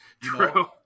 True